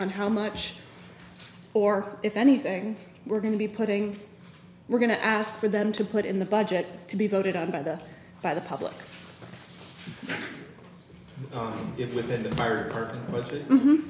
on how much or if anything we're going to be putting we're going to ask for them to put in the budget to be voted on by the by the public if within the fire part